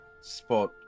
spot